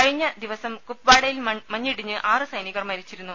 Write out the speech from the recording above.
കഴിഞ്ഞ ദിവസം കുപ്വാഡയിൽ മഞ്ഞിടിഞ്ഞ് ആറ് സൈനികർ മരിച്ചിരുന്നു